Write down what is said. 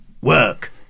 Work